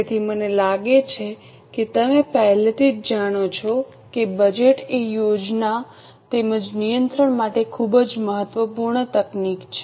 તેથી મને લાગે છે કે તમે પહેલેથી જ જાણો છો કે બજેટ એ યોજના તેમજ નિયંત્રણ માટે ખૂબ જ મહત્વપૂર્ણ તકનીક છે